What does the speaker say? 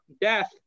death